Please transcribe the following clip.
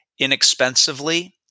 inexpensively